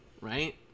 right